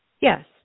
Yes